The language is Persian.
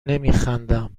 نمیخندم